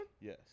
yes